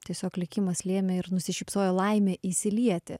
tiesiog likimas lėmė ir nusišypsojo laimė įsilieti